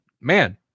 Man